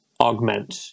augment